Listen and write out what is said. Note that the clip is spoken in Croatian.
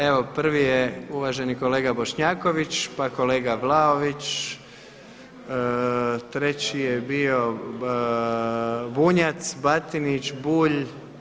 Evo prvi je uvaženi kolega Bošnjaković, pa kolega Vlaović, treći je bio Bunjac, Batinić, Bulj.